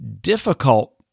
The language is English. difficult